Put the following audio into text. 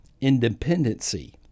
independency